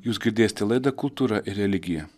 jūs girdėsite laidą kultūra ir religija